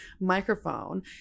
microphone